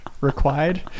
Required